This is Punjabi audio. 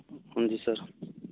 ਹਾਂਜੀ ਸਰ